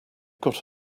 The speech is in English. got